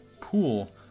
pool